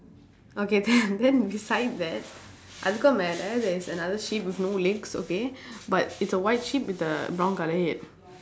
okay and then beside that அதுக்கும் மேலே:athukkum meelee there is another sheep with no legs okay but it's a white sheep with a brown colour head